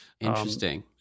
Interesting